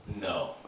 No